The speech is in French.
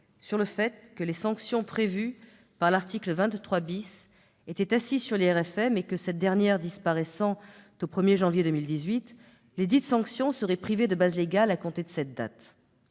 sur le fait que les sanctions prévues par l'article 23 étaient assises sur l'IRFM et que, cette dernière disparaissant au 1 janvier 2018, lesdites sanctions seraient privées de base légale à compter de cette date.